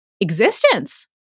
existence